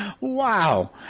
Wow